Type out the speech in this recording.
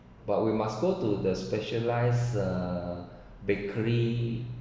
but we must go to the specialised uh bakery